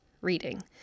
reading